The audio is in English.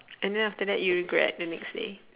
and then after that you regret the next day